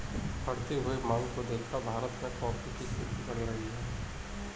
बढ़ती हुई मांग को देखकर भारत में कॉफी की खेती बढ़ रही है